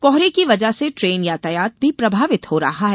कोहरे की वजह से ट्रेन यातायात भी प्रभावित हो रहा है